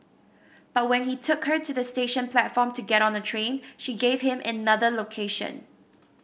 but when he took her to the station platform to get on a train she gave him another location